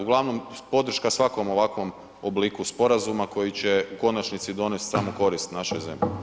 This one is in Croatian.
Uglavnom, podrška svakom ovakvom obliku sporazuma koji će u konačnici donest samo korist našoj zemlji.